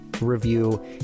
review